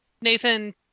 Nathan